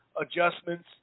adjustments